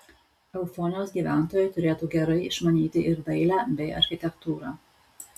eufonijos gyventojai turėtų gerai išmanyti ir dailę bei architektūrą